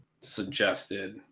suggested